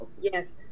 Yes